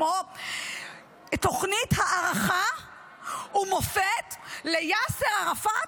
כמו תוכנית הערכה ומופת ליאסר ערפאת,